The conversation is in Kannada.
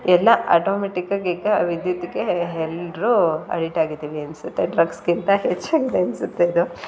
ಎಲ್ಲ ಅಟೊಮೆಟಿಕ್ಕಾಗಿ ಈಗ ವಿದ್ಯುತ್ತಿಗೆ ಎಲ್ಲರೂ ಅಡಿಟ್ ಆಗಿದ್ದೀವಿ ಅನಿಸುತ್ತೆ ಡ್ರಗ್ಸ್ಗಿಂತ ಹೆಚ್ಚಿನದು ಅನಿಸುತ್ತೆ ಇದು